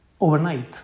overnight